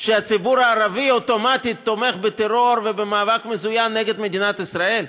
שהציבור הערבי אוטומטית תומך בטרור ובמאבק מזוין נגד מדינת ישראל?